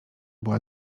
była